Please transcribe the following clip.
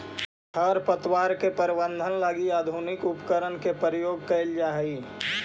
खरपतवार के प्रबंधन लगी भी आधुनिक उपकरण के प्रयोग कैल जा हइ